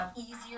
easier